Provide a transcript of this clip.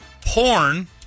Porn